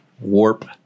Warp